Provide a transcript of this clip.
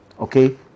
Okay